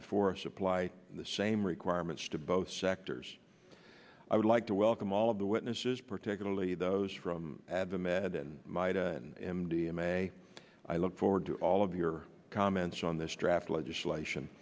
before us apply the same requirements to both sectors i would like to welcome all of the witnesses particularly those from miten m d m a i look forward to all of your comments on this draft legislation